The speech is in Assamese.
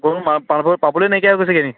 গৰু পাবলৈ নইকিয়া হৈ গৈছেগৈ নেকি